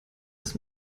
als